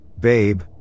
babe